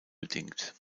bedingt